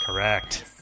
Correct